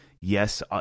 yes